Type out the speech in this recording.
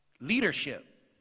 leadership